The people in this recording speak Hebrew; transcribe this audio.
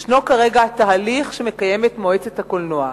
יש כרגע תהליך שמקיימת מועצת הקולנוע.